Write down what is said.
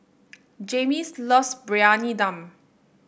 Jaymes loves Briyani Dum